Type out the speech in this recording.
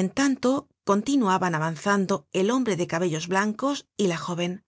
en tanto continuaban avanzando el hombre de cabellos blancos y la jóven